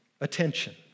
attention